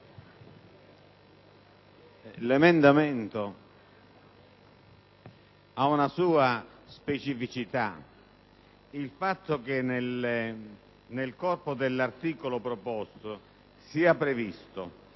(testo 2) ha una sua specificità. Il fatto che nel corpo dell'articolo proposto sia previsto